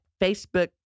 Facebook